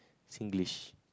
Singlish